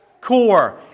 core